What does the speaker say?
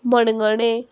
मणगणें